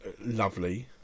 lovely